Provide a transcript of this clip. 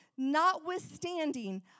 Notwithstanding